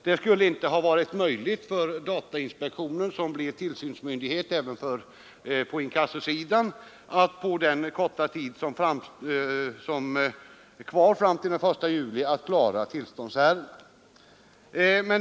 Det skulle inte ha varit möjligt för datainspektionen, som blir tillsynsmyndighet även på inkassosidan, att på den korta tid som är kvar fram till den 1 juli klara tillståndsärendena.